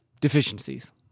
deficiencies